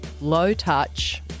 low-touch